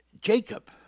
Jacob